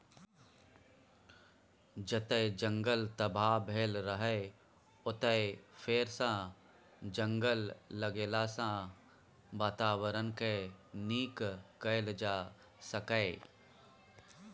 जतय जंगल तबाह भेल रहय ओतय फेरसँ जंगल लगेलाँ सँ बाताबरणकेँ नीक कएल जा सकैए